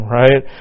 right